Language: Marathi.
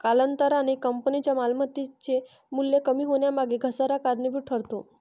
कालांतराने कंपनीच्या मालमत्तेचे मूल्य कमी होण्यामागे घसारा कारणीभूत ठरतो